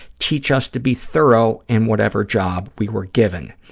teach us to be thorough in whatever job we were given.